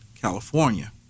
California